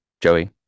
Joey